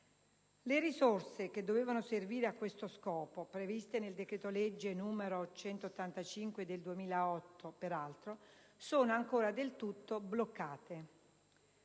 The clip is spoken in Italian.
Le risorse che dovevano servire a questo scopo, previste nel decreto-legge n. 185 del 2008, peraltro, sono ancora del tutto bloccate.